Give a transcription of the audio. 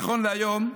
נכון להיום,